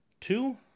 two